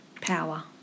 power